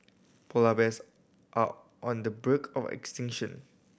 polar bears are on the of extinction